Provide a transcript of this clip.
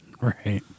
Right